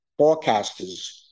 forecasters